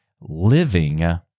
Living